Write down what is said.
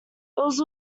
was